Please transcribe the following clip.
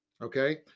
okay